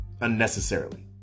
unnecessarily